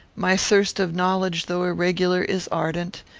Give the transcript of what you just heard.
my thirst of knowledge, though irregular, is ardent.